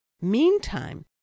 meantime